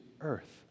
earth